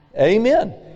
amen